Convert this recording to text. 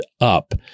up